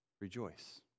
Rejoice